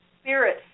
spirit